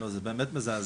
זה באמת מזעזע,